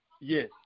Yes